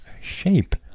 shape